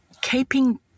Keeping